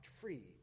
free